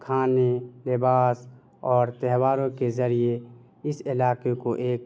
کھانے لباس اور تہواروں کے ذریعے اس علاقے کو ایک